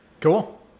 Cool